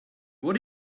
what